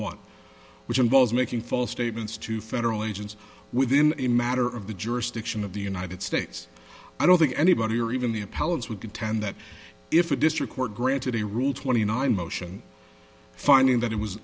one which involves making false statements to federal agents within a matter of the jurisdiction of the united states i don't think anybody or even the appellate would contend that if a district court granted a rule twenty nine motion finding that it was